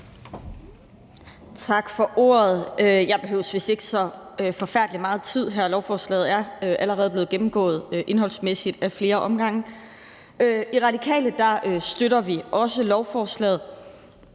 Tak for ordet. Jeg behøver vist ikke så forfærdelig meget tid her. Lovforslaget er allerede blevet gennemgået indholdsmæssigt ad flere omgange. I Radikale støtter vi også lovforslaget.